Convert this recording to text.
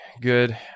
good